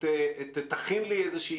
היא דווקא בהיבט של ההלוואות מהבנקים.